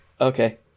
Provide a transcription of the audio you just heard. Okay